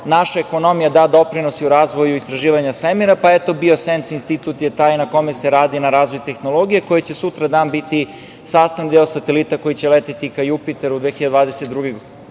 naša ekonomija da doprinos i u razvoju istraživanja svemira, pa, eto, „Biosens“ institut je taj na kome se radi na razvoju tehnologije koja će sutradan biti sastavni deo satelita koji će leteti ka Jupiteru 2022.